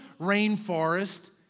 rainforest